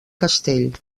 castell